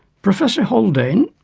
professor haldane,